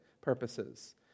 purposes